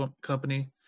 company